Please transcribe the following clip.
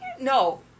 No